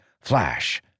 Flash